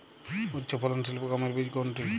উচ্চফলনশীল গমের বীজ কোনটি?